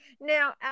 Now